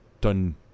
done